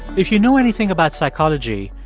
if you know anything about psychology,